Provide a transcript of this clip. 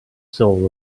soul